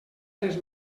tres